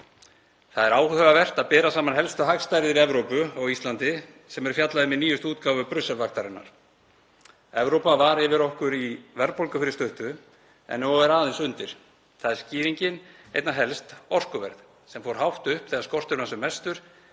Það er áhugavert að bera saman helstu hagstærðir í Evrópu og á Íslandi, sem er fjallað um í nýjustu útgáfu Brussel-vaktarinnar. Evrópa var yfir okkur í verðbólgu fyrir stuttu en er núna aðeins undir. Skýringin er einna helst orkuverð sem fór hátt upp þegar skorturinn var sem mestur